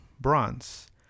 bronze